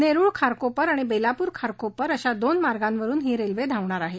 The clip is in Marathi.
नेरूळ खारकोपर आणि बेलापूर खारकोपर अशा दोन मार्गावरून ही रेल्वे धावणार आहे